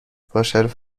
باشرف